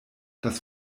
das